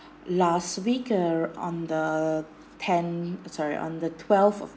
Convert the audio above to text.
last week err on the ten sorry on the twelve of